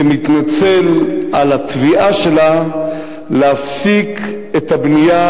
כמתנצל על התביעה שלה להפסיק את הבנייה